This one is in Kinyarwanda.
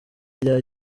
rya